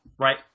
right